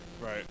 Right